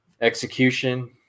execution